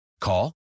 Call